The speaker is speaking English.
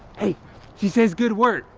hey she says good work,